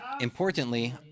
importantly